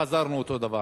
חזרנו אותו דבר.